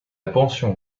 pension